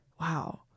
Wow